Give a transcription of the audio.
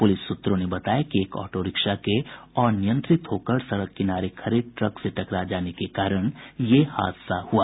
police सूत्रों ने बताया कि एक ऑटो रिक्शा के अनियंत्रित होकर सड़क किनारे खड़े ट्रक से टकरा जाने के कारण यह हादसा हुआ